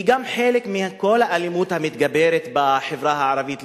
היא גם חלק מכל האלימות המתגברת בחברה הערבית,